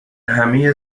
همه